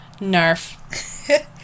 Nerf